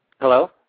Hello